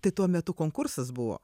tai tuo metu konkursas buvo